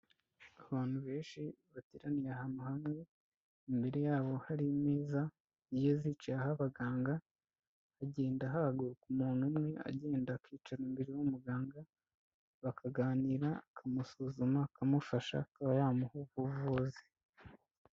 Abantu benshi bateraniye ahantu hamwe imbere yabo hari imeza zigiye zicayeho abaganga, hagenda hahaguruka umuntu umwe agenda akicara imbere y'umuganga, bakaganira, akamusuzuma akamufasha akaba yamuha ubuvuzi.